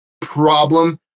problem